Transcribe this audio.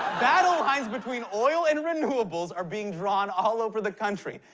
battle lines between oil and renewables are being drawn all over the country,